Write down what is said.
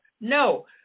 No